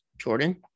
Jordan